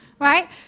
right